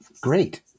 great